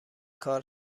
کار